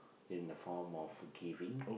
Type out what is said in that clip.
in the form of giving